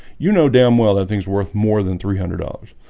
you know damn well that thing's worth more than three hundred dollars.